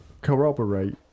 corroborate